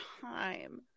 time